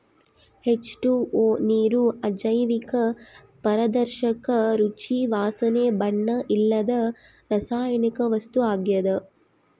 H two O ನೀರು ಅಜೈವಿಕ ಪಾರದರ್ಶಕ ರುಚಿ ವಾಸನೆ ಬಣ್ಣ ಇಲ್ಲದ ರಾಸಾಯನಿಕ ವಸ್ತು ಆಗ್ಯದ